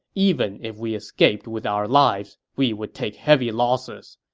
even if we escaped with our lives, we would take heavy losses.